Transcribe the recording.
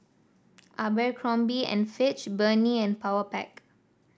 Abercrombie and Fitch Burnie and Powerpac